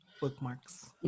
bookmarks